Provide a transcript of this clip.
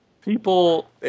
People